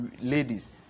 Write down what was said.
ladies